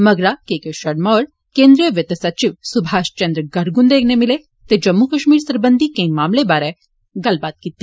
मगरा K K Sharma होर केंद्रीय वित्त सचिव सुभाष चन्द्र गर्ग हुन्दे नै मिले ते जम्मू कश्मीर सरबंघी केंई मामले बारै गल्लबात कीती